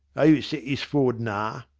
are you settisfawd nah?